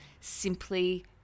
simply